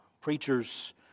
preachers